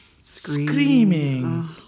screaming